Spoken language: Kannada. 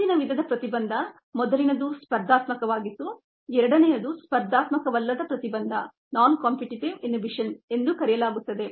ಮುಂದಿನ ವಿಧದ ಪ್ರತಿಬಂಧ ಮೊದಲಿನದು ಸ್ಪರ್ಧಾತ್ಮಕವಾಗಿತ್ತು ಎರಡನೆಯದನ್ನು ಸ್ಪರ್ಧಾತ್ಮಕವಲ್ಲದ ಪ್ರತಿಬಂಧ ಎಂದು ಕರೆಯಲಾಗುತ್ತದೆ